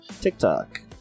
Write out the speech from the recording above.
tiktok